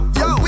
yo